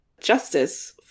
justice